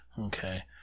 Okay